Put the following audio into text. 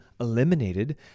eliminated